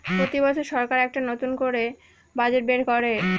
প্রতি বছর সরকার একটা করে নতুন বাজেট বের করে